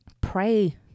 Pray